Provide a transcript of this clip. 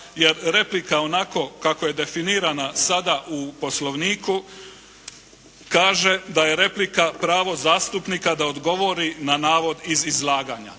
jer replika onako kako je definirana sada u Poslovniku kaže da je replika pravo zastupnika da odgovori na navod iz izlaganja.